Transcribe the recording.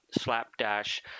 slapdash